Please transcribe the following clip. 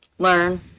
learn